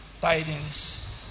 tidings